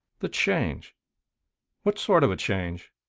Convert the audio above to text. the change what sort of a change?